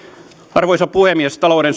arvoisa puhemies talouden